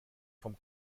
vom